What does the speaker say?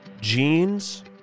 jeans